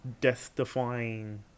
Death-defying